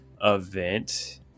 event